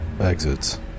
exits